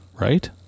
Right